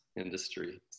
industry